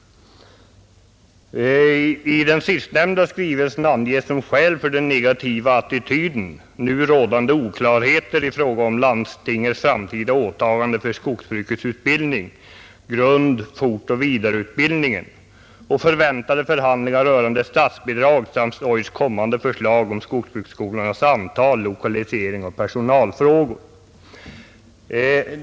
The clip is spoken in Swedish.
Vid den sistnämnda tidpunkten angavs som skäl för den negativa attityden ”nu rådande oklarheter i fråga om landstingens framtida åtaganden för skogsbruksutbildningarna och förväntade förhandlingar rörande statsbidrag samt OJST:s kommande förslag om skogsbruksskolornas antal, lokalisering, personalfrågor m.m.”.